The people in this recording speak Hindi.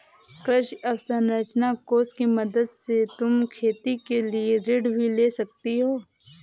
कृषि अवसरंचना कोष की मदद से तुम खेती के लिए ऋण भी ले सकती हो